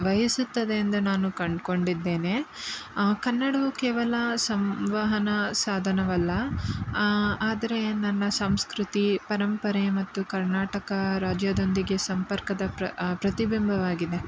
ವಹಿಸುತ್ತದೆ ಎಂದು ನಾನು ಕಂಡುಕೊಂಡಿದ್ದೇನೆ ಕನ್ನಡವು ಕೇವಲ ಸಂವಹನ ಸಾಧನವಲ್ಲ ಆದರೆ ನನ್ನ ಸಂಸ್ಕೃತಿ ಪರಂಪರೆ ಮತ್ತು ಕರ್ನಾಟಕ ರಾಜ್ಯದೊಂದಿಗೆ ಸಂಪರ್ಕದ ಪ್ರ ಪ್ರತಿಬಿಂಬವಾಗಿದೆ